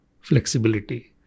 flexibility